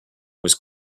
was